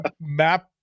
map